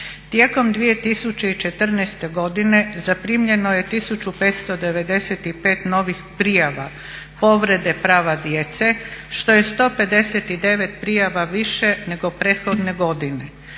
Tijekom 2014. godine zaprimljeno je 1595 novih prijava povrede prava djece što je 159 prijava više nego prethodne godine,